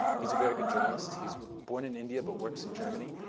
he's a very good journalist. he's born in india, but works in germany.